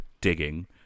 digging